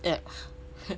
that